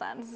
sense